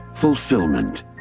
fulfillment